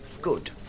Good